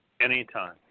Anytime